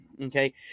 okay